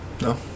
No